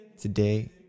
Today